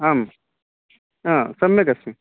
आम् अ सम्यक् अस्मि